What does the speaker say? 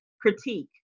critique